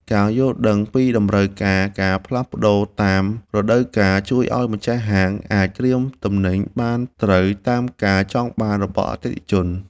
ការយល់ដឹងពីតម្រូវការការផ្លាស់ប្តូរតាមរដូវកាលជួយឱ្យម្ចាស់ហាងអាចត្រៀមទំនិញបានត្រូវតាមការចង់បានរបស់អតិថិជន។